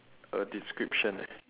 a description eh